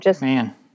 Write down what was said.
Man